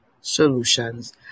solutions